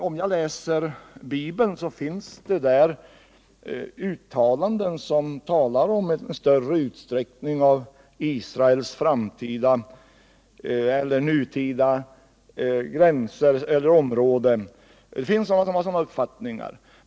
Om jag läser Bibeln finner jag att det där talas om en större utsträckning av Israels områden. Det är många människor som har den uppfattningen.